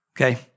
Okay